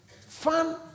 Fun